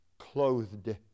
clothed